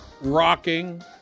rocking